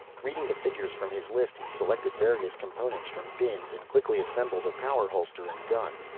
reading the figures from his list he selected various components from bins and quickly assembled a power holster and gun.